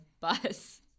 bus